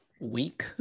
week